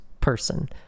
person